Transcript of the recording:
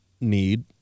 need